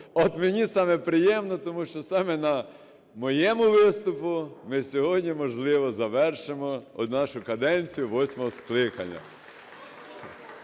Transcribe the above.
От мені саме приємно, тому що саме на моєму виступі ми сьогодні, можливо, завершимо нашу каденцію восьмого скликання.